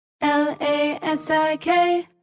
L-A-S-I-K